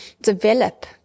develop